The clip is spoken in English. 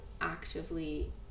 actively